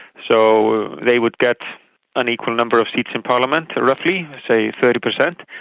so they would get an equal number of seats in parliament, roughly say thirty percent.